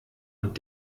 und